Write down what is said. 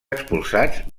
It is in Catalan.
expulsats